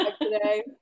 today